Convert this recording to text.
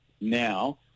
now